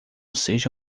seja